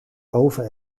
oven